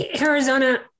Arizona